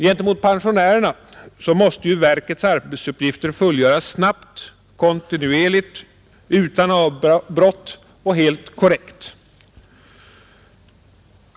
Gentemot pensionärerna måste verkets arbetsuppgifter fullgöras snabbt, kontinuerligt och helt korrekt.